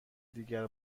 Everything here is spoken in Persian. دیگر